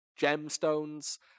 gemstones